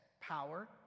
power